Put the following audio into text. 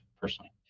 personally